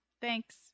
Thanks